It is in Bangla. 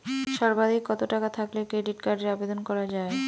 সর্বাধিক কত টাকা থাকলে ক্রেডিট কার্ডের আবেদন করা য়ায়?